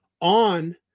on